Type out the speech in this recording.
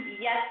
Yes